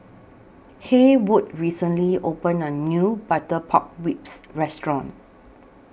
Haywood recently opened A New Butter Pork Ribs Restaurant